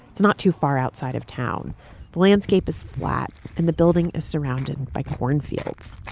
it's not too far outside of town. the landscape is flat and the building is surrounded by cornfields